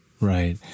Right